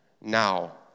now